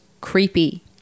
creepy